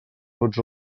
tots